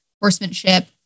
horsemanship